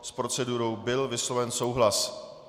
S procedurou byl vysloven souhlas.